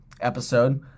episode